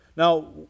Now